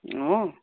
हो